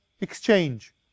exchange